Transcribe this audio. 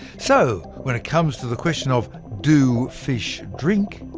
so, when it comes to the question of do fish drink,